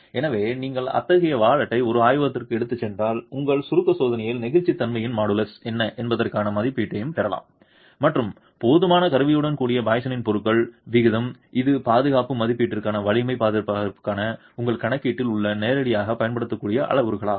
எனவே நீங்கள் அத்தகைய வாலெட்டை ஒரு ஆய்வகத்திற்கு எடுத்துச் சென்றால் உங்கள் சுருக்க சோதனையில் நெகிழ்ச்சித்தன்மையின் மாடுலஸ் என்ன என்பதற்கான மதிப்பீட்டையும் பெறலாம் மற்றும் போதுமான கருவியுடன் கூட பாய்சனின் பொருளின் விகிதம் இது பாதுகாப்பு மதிப்பீட்டிற்கான வலிமை மதிப்பீடுகளுக்கான உங்கள் கணக்கீடுகளில் நீங்கள் நேரடியாகப் பயன்படுத்தக்கூடிய அளவுருக்கள்